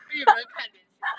因为人看脸先